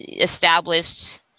established